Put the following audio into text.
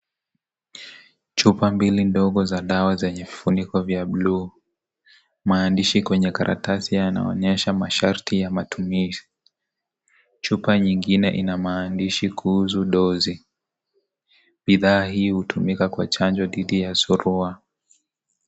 Chupa mbili ndogo za dawa zenye vifuniko vya buluu. Maandishi kwenye karatasi yanaonyesha masharti ya matumizi. Chupa nyingine ina maandishi kuhusu dosi . Bidhaa hii hutumika kwa chanjo dhidi ya suluwa.